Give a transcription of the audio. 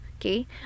Okay